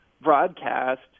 broadcast